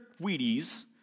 Wheaties